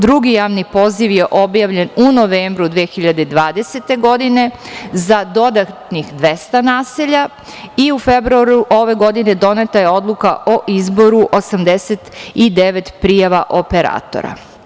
Drugi javni poziv je objavljen u novembru 2020. godine za dodatnih 200 naselja i u februaru ove godine doneta je odluka o izboru 89 prijava operatora.